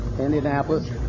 Indianapolis